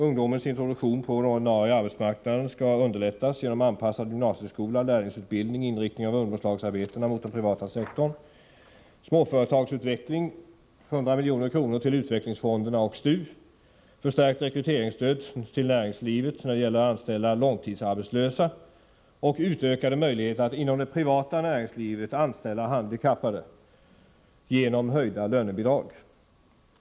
Ungdomens introduktion på den ordinarie arbetsmarknaden skall underlättas genom anpassad gymnasieskola, genom lärlingsutbildning och genom inriktning av ungdomslagsarbetena mot den privata sektorn. Det gäller också småföretagens utveckling. 100 milj.kr. skall ges till utvecklingsfonderna och till STU. Rekryteringsstödet till näringslivet skall förstärkas när det gäller att anställa långtidsarbetslösa, och möjligheterna att inom det privata näringslivet anställa handikappade skall utökas genom höjda lönebidrag.